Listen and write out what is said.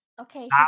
okay